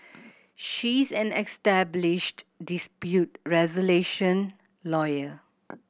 she is an established dispute resolution lawyer